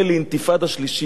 קורא לרצח יהודים.